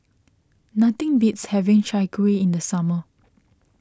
nothing beats having Chai Kuih in the summer